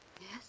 Yes